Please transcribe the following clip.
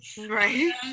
right